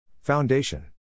Foundation